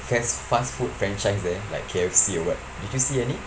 fest fast food franchises there like K_F_C or what did you see any